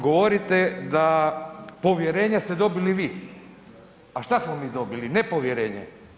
Govorite da povjerenje ste dobili vi, a šta smo mi dobili, nepovjerenje?